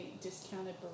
discounted